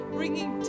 bringing